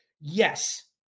yes